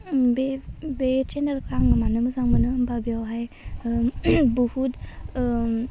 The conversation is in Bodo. बे बे सेनेलखौ आं मानो मोजां मोनो होनोबा बेयावहाय बुहुत